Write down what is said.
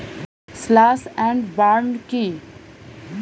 Slash and burn কি?